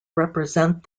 represent